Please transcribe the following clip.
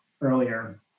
earlier